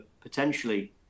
potentially